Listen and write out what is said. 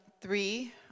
three